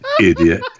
Idiot